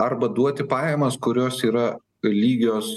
arba duoti pajamas kurios yra lygios